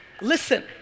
listen